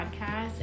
podcast